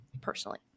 personally